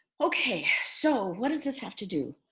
okay, so what does this have to do